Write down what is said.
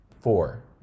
Four